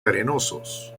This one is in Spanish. arenosos